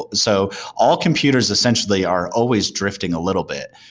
ah so all computers essentially are always drifting a little bit,